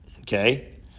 Okay